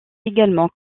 également